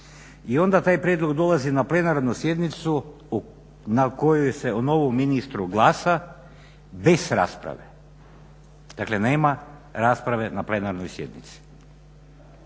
I onda taj prijedlog dolazi na plenarnu sjednicu na koju se o novom ministru glasa bez rasprave. Dakle, nema rasprave na plenarnoj sjednici.